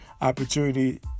opportunity